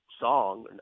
song